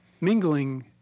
mingling